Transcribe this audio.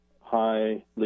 highly